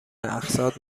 اقساط